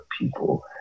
people